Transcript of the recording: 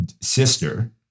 sister